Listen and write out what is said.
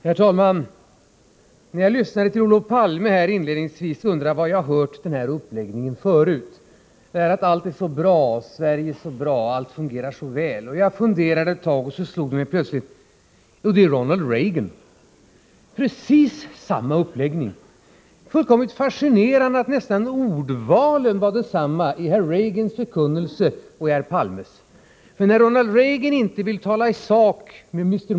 Herr talman! När jag lyssnade till Olof Palme undrade jag var jag hört den här uppläggningen förut — detta att Sverige är så bra och att allt fungerar så väl. Jag funderade ett tag, och så slog det mig plötsligt: Det är ju Ronald Reagan. Det var precis samma uppläggning. Det var fullkomligt fascinerande att ordvalen nästan var desamma i herr Reagans förkunnelse och i herr Palmes. När Ronald Reagan inte vill tala i sak med Mr.